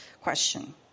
question